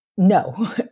no